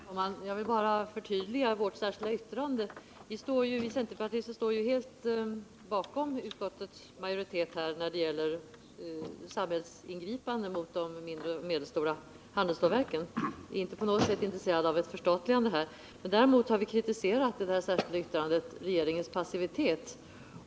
Herr talman! Jag vill bara förtydliga vårt särskilda yttrande. Vi centerpartister står helt bakom utskottsmajoriteten när det gäller samhällsingripande rörande de mindre och medelstora handelsstålverken. Vi är inte på något sätt intresserade av ett förstatligande. Däremot har vi i vårt särskilda yttrande kritiserat regeringens passivitet.